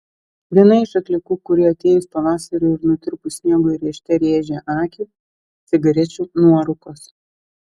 viena iš atliekų kuri atėjus pavasariui ir nutirpus sniegui rėžte rėžia akį cigarečių nuorūkos